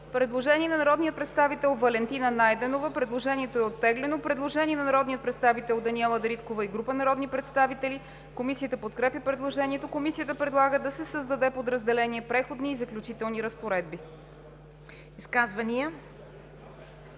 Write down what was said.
Предложение на народния представител Валентина Найденова. Предложението е оттеглено. Предложение на народния представител Даниела Дариткова и група народни представители. Комисията подкрепя предложението. Комисията предлага да се създаде подразделение „Преходни и заключителни разпоредби“.